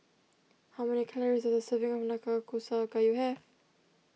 how many calories does a serving of Nanakusa Gayu have